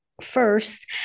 first